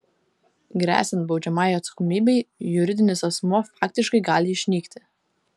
gresiant baudžiamajai atsakomybei juridinis asmuo faktiškai gali išnykti